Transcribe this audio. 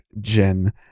Jen